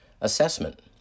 assessment